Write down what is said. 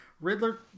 Riddler